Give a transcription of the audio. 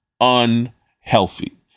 unhealthy